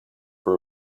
for